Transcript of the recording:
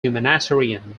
humanitarian